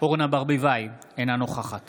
אורנה ברביבאי, אינה נוכחת